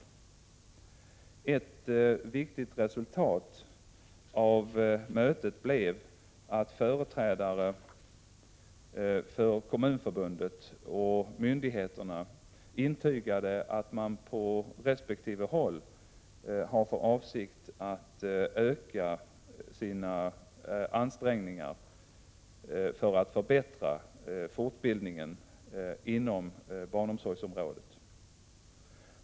Ett viktigt resultat av mötet blev att företrädare för Kommunförbundet och myndigheterna intygade att man på resp. håll har för avsikt att öka sina ansträngningar för att förbättra fortbildningen inom barnomsorgsområdet.